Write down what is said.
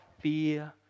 fear